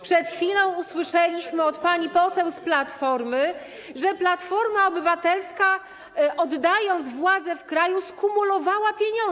Przed chwilą usłyszeliśmy od pani poseł z Platformy, że Platforma Obywatelska, oddając władzę w kraju, skumulowała pieniądze.